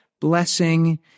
blessing